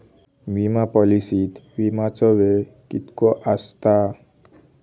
विमा पॉलिसीत विमाचो वेळ कीतको आसता?